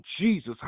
Jesus